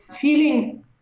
feeling